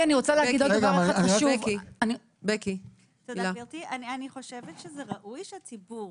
אני חושבת שזה ראוי שהציבור